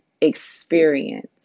experience